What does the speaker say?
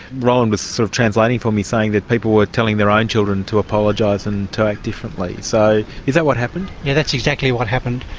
roland was sort of translating for me saying that people were telling their own children to apologise and to act differently, so, is that what happened? yeah, that's exactly what happened.